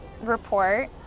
report